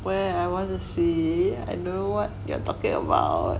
where I want to see I know what you're talking about